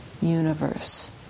universe